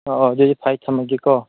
ꯑꯣ ꯑꯣ ꯑꯗꯨꯗꯤ ꯐꯔꯦ ꯊꯝꯂꯒꯦꯀꯣ